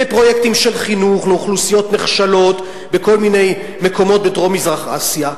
בפרויקטים של חינוך לאוכלוסיות נחשלות בכל מיני מקומות בדרום-מזרח אסיה,